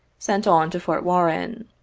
sent on to fort warren.